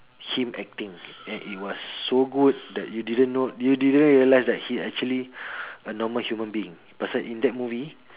him acting and it was so good that you didn't know you didn't realise that he actually a normal human being person in that movie